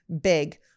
big